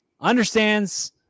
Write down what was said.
understands